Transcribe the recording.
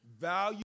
value